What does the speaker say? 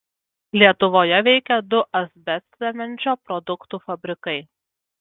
lietuvoje veikė du asbestcemenčio produktų fabrikai